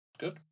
good